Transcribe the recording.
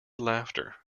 laughter